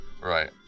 Right